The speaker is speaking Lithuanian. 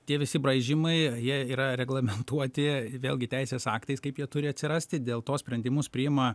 tie visi braižymai jie yra reglamentuoti vėlgi teisės aktais kaip jie turi atsirasti dėl to sprendimus priima